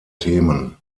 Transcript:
themen